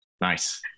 Nice